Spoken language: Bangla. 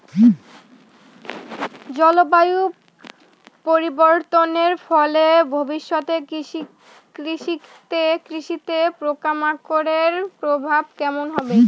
জলবায়ু পরিবর্তনের ফলে ভবিষ্যতে কৃষিতে পোকামাকড়ের প্রভাব কেমন হবে?